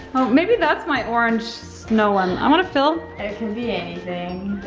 oh, maybe that's my orange snow one, i wanna feel. and it could be anything.